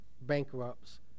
bankrupts